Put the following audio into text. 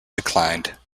declined